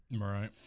right